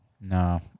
no